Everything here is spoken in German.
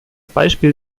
beispiel